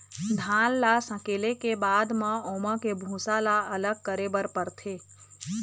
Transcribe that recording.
धान ल सकेले के बाद म ओमा के भूसा ल अलग करे बर परथे